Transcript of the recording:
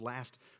last